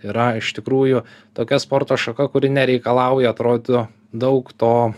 yra iš tikrųjų tokia sporto šaka kuri nereikalauja atrodytų daug to